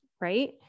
Right